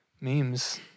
memes